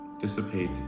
dissipate